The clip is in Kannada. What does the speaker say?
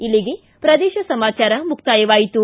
ಇಲ್ಲಿಗೆ ಪ್ರದೇಶ ಸಮಾಚಾರ ಮುಕ್ತಾಯವಾಯಿತು